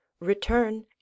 return